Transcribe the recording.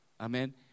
Amen